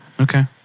Okay